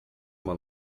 uma